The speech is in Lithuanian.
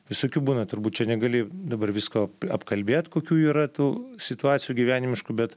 visokių būna turbūt čia negali dabar visko apkalbėt kokių yra tų situacijų gyvenimiškų bet